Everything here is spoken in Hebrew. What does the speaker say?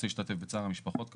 רוצה להשתתף בצער המשפחות כמובן.